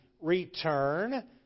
return